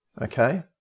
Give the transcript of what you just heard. Okay